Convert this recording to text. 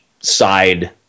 side